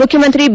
ಮುಖ್ಯಮಂತ್ರಿ ಬಿ